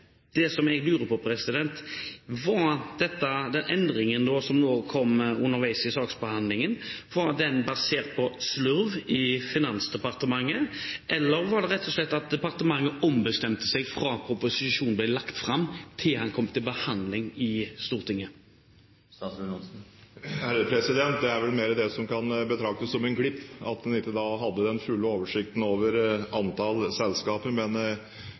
skjer. Det jeg lurer på, er: Var den endringen som kom underveis i saksbehandlingen, basert på slurv i Finansdepartementet, eller var det rett og slett at departementet ombestemte seg fra proposisjonen ble lagt fram, til den kom til behandling i Stortinget? Det kan vel mer betraktes som en glipp at man ikke hadde den fulle oversikt over antall selskaper, men